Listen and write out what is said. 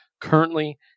currently